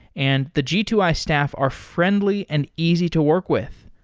and the g two i staff are friendly and easy to work with.